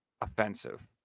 offensive